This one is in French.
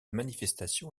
manifestation